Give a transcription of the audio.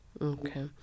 Okay